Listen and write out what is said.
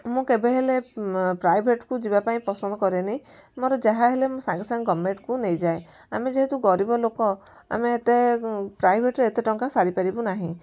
ମୁଁ କେବେହେଲେ ପ୍ରାଇଭେଟକୁ ଯିବାକୁ ପସନ୍ଦ କରେନି ମୋର ଯାହା ହେଲେ ମୁଁ ସାଙ୍ଗେ ସାଙ୍ଗେ ଗଭର୍ଣ୍ଣମେଣ୍ଟକୁ ନେଇଯାଏ ଆମେ ଯେହେତୁ ଗରିବ ଲୋକ ଆମେ ଏତେ ପ୍ରାଇଭେଟରେ ଏତେ ଟଙ୍କା ସାରି ପାରିବୁ ନାହିଁ